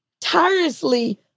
tirelessly